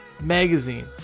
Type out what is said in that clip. Magazine